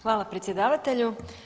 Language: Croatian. Hvala predsjedavatelju.